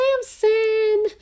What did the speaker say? Samson